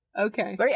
Okay